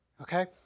Okay